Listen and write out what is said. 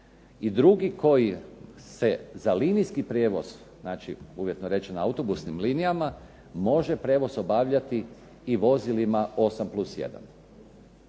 I drugi koji se za linijski prijevoz, znači uvjetno rečeno autobusnim linijama može prijevoz obavljati i vozilima 8+1.